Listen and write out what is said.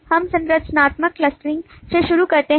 हम संरचनात्मक क्लस्टरिंग से शुरू करते हैं